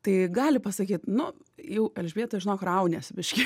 tai gali pasakyt nu jau elžbieta žinok rauniesi biškį